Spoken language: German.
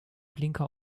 blinker